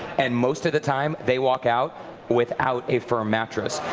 and most of the time they walk out without a firm mad tres.